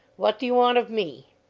what do you want of me?